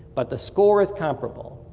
but the score is comparable.